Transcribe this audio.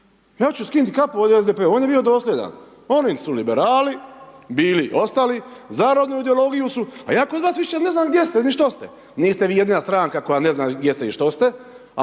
Ja ću skinut kapu ovdje SDP-u on je bio dosljedan, oni su liberali bili i ostali, za rodnu ideologiju su, a ja kod vas više ne znam gdje ste ni što ste. Niste vi jedina stranka koja ne zna gdje ste i što ste